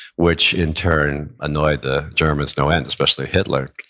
which in turn annoyed the germans no end, especially hitler.